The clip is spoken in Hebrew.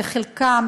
חלקם,